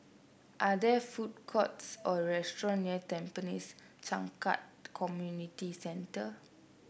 are there food courts or restaurants near Tampines Changkat Community Centre